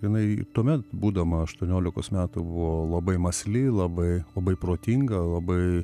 jinai tuomet būdama aštuoniolikos metų buvo labai mąsli labai labai protinga labai